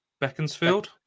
Beaconsfield